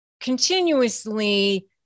continuously